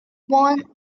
won